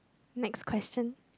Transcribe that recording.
next question